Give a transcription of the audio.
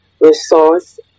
resource